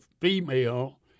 female